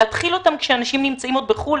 להתחיל אותם כשאנשים נמצאים עוד בחו"ל